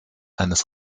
eines